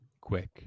quick